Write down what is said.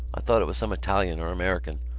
i thought it was some italian or american.